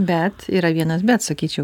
bet yra vienas bet sakyčiau